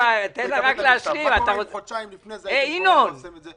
מה היה קורה אם חודשיים לפני זה הייתם מפרסמים את זה?